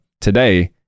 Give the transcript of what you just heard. today